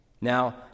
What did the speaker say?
Now